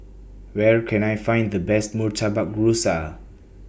Where Can I Find The Best Murtabak Rusa